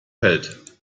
pellt